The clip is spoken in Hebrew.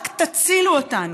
רק תצילו אותנו.